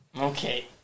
Okay